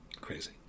Crazy